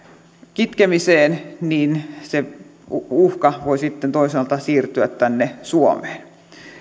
kitkemiseen se uhka voi sitten toisaalta siirtyä tänne suomeen